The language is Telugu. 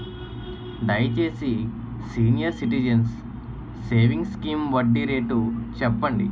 దయచేసి సీనియర్ సిటిజన్స్ సేవింగ్స్ స్కీమ్ వడ్డీ రేటు చెప్పండి